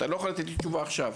אתה לא חייב לתת לי תשובה עכשיו.